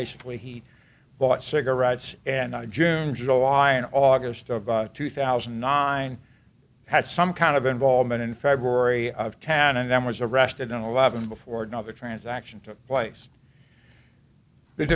basically he bought cigarettes and june july and august of two thousand and nine had some kind of involvement in february of tan and then was arrested on eleven before another transaction took place the